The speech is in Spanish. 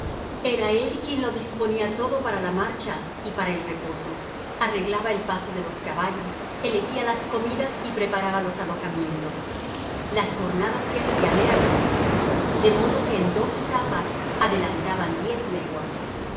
era él quien lo disponía todo para la marcha y para el reposo arreglaba el paso de los caballos elegía las comidas y preparaba los alojamientos las jornadas que hacían eran cortas de modo que en dos etapas adelantaban diez leguas